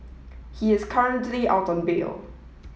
he is currently out on bail